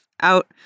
out